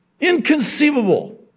Inconceivable